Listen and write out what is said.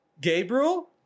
Gabriel